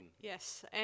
yes